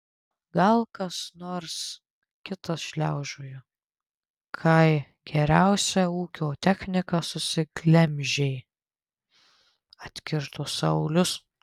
gal kas nors kitas šliaužiojo kai geriausią ūkio techniką susiglemžei atkirto saulius